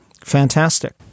Fantastic